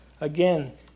Again